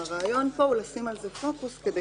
הרעיון פה הוא לשים על זה פוקוס כדי